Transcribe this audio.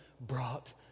brought